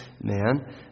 man